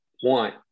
one